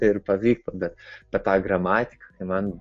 ir pavyktų bet ta ta gramatika tai man